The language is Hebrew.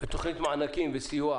לגבי תוכנית מענקים וסיוע